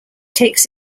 takes